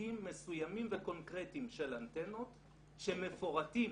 סוגים מסוימים וקונקרטיים של אנטנות שמפורטים